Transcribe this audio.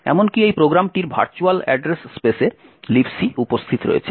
এমনকি এই প্রোগ্রামটির ভার্চুয়াল অ্যাড্রেস স্পেসে Libc উপস্থিত রয়েছে